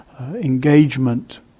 engagement